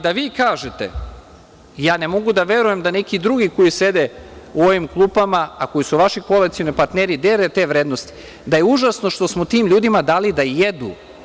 Da vi kažete, ja ne mogu da verujem da neki drugi koji sede u ovim klupama, a koji su vaši koalicioni partneri, dele te vrednosti, da je užasno što smo tim ljudima dali da jedu.